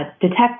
detect